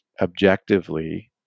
objectively